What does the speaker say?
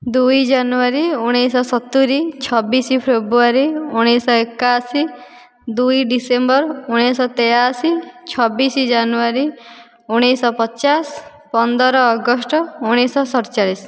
ଦୁଇ ଜାନୁୟାରୀ ଉଣେଇଶହ ସତୁରୀ ଛବିଶ ଫେବୃଆରୀ ଉଣେଇଶହ ଏକାଅଶି ଦୁଇ ଡିସେମ୍ବର ଉଣେଇଶହ ତେୟାଅଶି ଛବିଶ ଜାନୁୟାରୀ ଉଣେଇଶହ ପଚାଶ ପନ୍ଦର ଅଗଷ୍ଟ ଉଣେଇଶହ ସତଚାଳିଶ